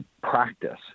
practice